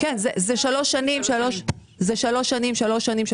אלה שלוש שנים, שלוש שנים, שלוש שנים.